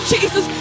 Jesus